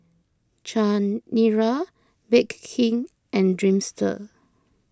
Chanira Bake King and Dreamster